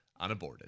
Unaborted